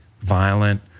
violent